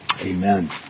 Amen